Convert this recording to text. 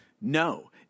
No